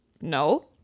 No